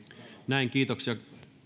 kiitoksia